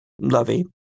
Lovey